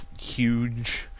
huge